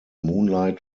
moonlight